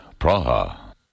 Praha